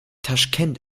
taschkent